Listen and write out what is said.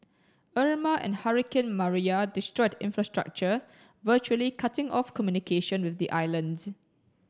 Irma and hurricane Maria destroyed infrastructure virtually cutting off communication with the islands